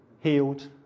healed